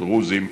דרוזים,